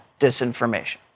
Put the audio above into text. disinformation